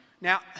Now